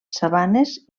sabanes